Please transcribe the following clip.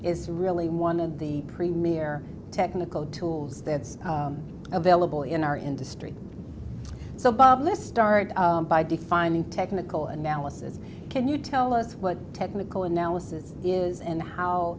is really one of the premier technical tools that's available in our industry so bob let's start by defining technical analysis can you tell us what technical analysis is and how